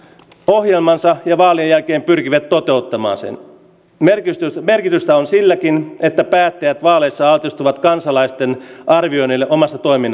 ohjelmansa ja vaalien jälkeen pyrkivät toteuttamaan sen merkitystä merkitystä on silläkin että tärkeät vaalit saatettava kansalaisten arvioinnille omasta toimin